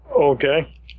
Okay